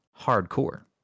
hardcore